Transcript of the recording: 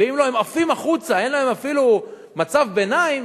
ואם לא הם עפים החוצה ואין להם אפילו מצב ביניים,